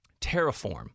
terraform